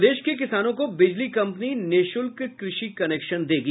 प्रदेश के किसानों को बिजली कंपनी निःशुल्क कृषि कनेक्शन देगी